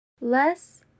less